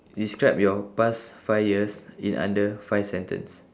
describe your past five years in under five sentence